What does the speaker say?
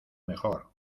mejor